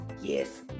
yes